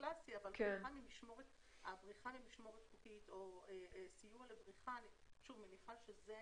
בריחה ממשמורת חוקית או סיוע לבריחה אני מניחה שזה